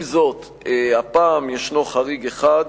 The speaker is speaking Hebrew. עם זאת, הפעם יש חריג אחד: